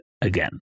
again